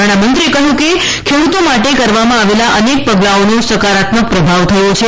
નાણામંત્રીએ કહ્યું કે ખેડૂતો માટે કરવામાં આવેલા અનેક પગલાઓનો સકારાત્મક પ્રભાવ થયો છે